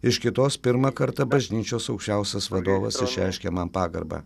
iš kitos pirmą kartą bažnyčios aukščiausias vadovas išreiškė man pagarbą